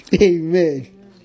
Amen